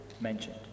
mentioned